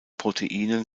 proteinen